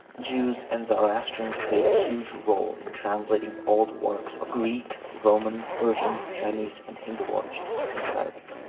jews and zoroastrians played a huge role in translating old works of greek, roman, persian, chinese and hindu origin into arabic.